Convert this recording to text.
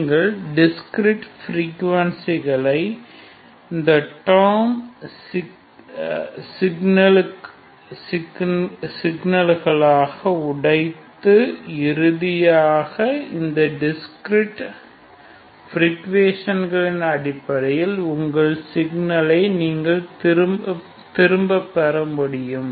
நீங்கள் டிஸ்க்ரீட் பிரிகுவன்ஷிகளை இந்த டேர்ம் சிக்னல்களாக உடைத்து இறுதியாக இந்த டிஸ்க்ரீட் பிரிகுவன்ஷிகளின் அடிப்படையில் உங்களின் சிக்னலை நீங்கள் திரும்பவும் பெற முடியும்